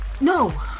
No